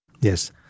Yes